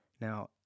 Now